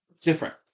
different